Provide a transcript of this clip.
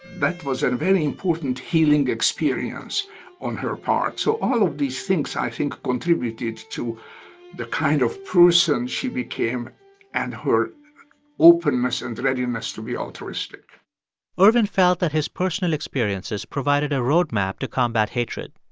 that was a very important healing experience on her part. so all of these things, i think, contributed to the kind of person she became and her openness and readiness to be altruistic ervin felt that his personal experiences provided a roadmap to combat hatred.